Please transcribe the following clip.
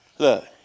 Look